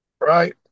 Right